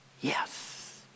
Yes